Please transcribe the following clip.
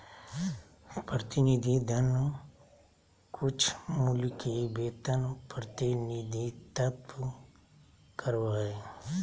प्रतिनिधि धन कुछमूल्य के वेतन प्रतिनिधित्व करो हइ